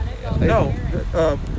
No